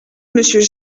monsieur